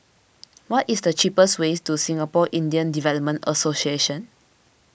what is the cheapest way to Singapore Indian Development Association